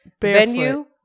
venue